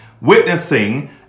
witnessing